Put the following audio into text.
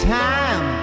time